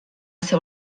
ser